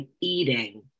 eating